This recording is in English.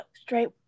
straight